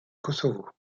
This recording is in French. kosovo